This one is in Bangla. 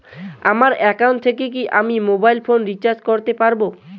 আমার একাউন্ট থেকে কি আমি মোবাইল ফোন রিসার্চ করতে পারবো?